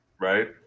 right